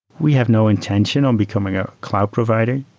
we have no intention on becoming a cloud provider.